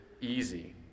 easy